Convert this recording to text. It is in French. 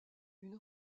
une